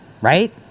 right